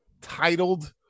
titled